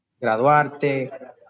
graduarte